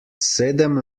sedem